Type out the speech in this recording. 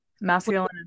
Masculine